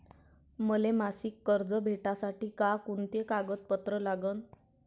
मले मासिक कर्ज भेटासाठी का कुंते कागदपत्र लागन?